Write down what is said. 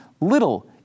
little